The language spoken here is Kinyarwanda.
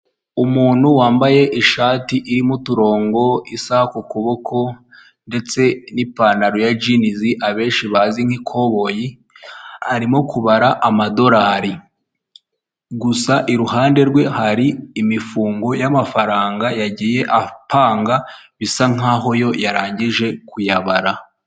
Abagore benshi n'abagabo benshi bicaye ku ntebe bari mu nama batumbiriye imbere yabo bafite amazi yo kunywa ndetse n'ibindi bintu byo kunywa imbere yabo hari amamashini ndetse hari n'indangururamajwi zibafasha kumvikana.